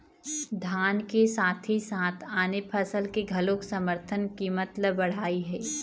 धान के साथे साथे आने फसल के घलोक समरथन कीमत ल बड़हाए हे